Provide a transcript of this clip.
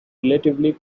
relatively